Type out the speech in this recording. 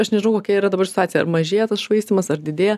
aš nežinau kokia yra dabar situacija mažėja tas švaistymas ar didėja